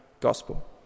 gospel